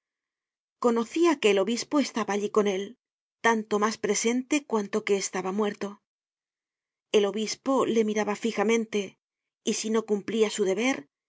objeto conocia que el obispo estaba allí con él tanto mas presente cuanto que estaba muerto el obispo le miraba fijamente y si no cumplia su deber